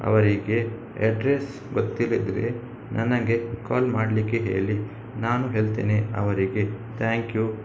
ಅವರಿಗೆ ಅಡ್ರೆಸ್ ಗೊತ್ತಿಲ್ದಿದ್ರೆ ನನಗೆ ಕಾಲ್ ಮಾಡಲಿಕ್ಕೆ ಹೇಳಿ ನಾನು ಹೇಳ್ತೇನೆ ಅವರಿಗೆ ಥ್ಯಾಂಕ್ ಯು